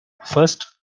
first